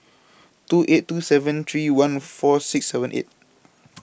two eight two seven three one four six seven eight